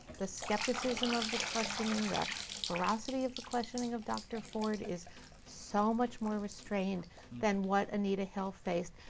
the skepticism of the questioning, the veracity of the questioning of dr. ford is so much more restrained than what anita hill faced.